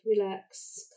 relax